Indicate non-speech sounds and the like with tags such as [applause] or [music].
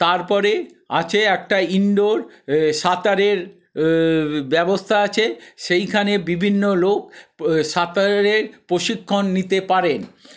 তারপরে আছে একটা ইন্ডোর সাঁতারের ব্যবস্থা আছে সেইখানে বিভিন্ন লোক [unintelligible] সাঁতারের প্রশিক্ষণ নিতে পারেন